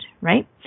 right